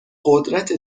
قدرت